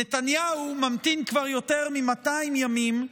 נתניהו ממתין כבר יותר מ-200 ימים,